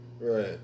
right